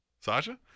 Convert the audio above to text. Sasha